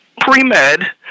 pre-med